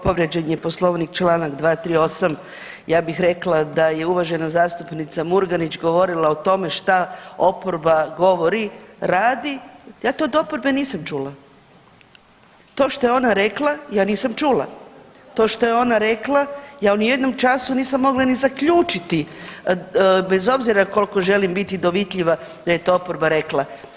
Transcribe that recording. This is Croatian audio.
Povrijeđen je Poslovnik čl. 238. ja bih rekla da je uvažena zastupnica Murganić govorila o tome šta oporba govori radi, ja to od oporbe nisam čula, to što je ona ja nisam čula, to što je ona rekla ja u nijednom času nisam mogla ni zaključiti bez obzira koliko želim biti dovitljiva da je to oporba rekla.